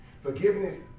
Forgiveness